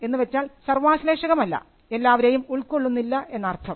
എന്ന് വെച്ചാൽ സർവ്വാശ്ളേഷകമല്ല എല്ലാവരെയും ഉൾക്കൊള്ളുന്നില്ല എന്നർത്ഥം